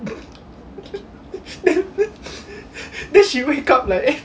then she wake up leh